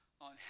on